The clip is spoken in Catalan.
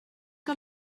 que